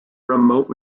remote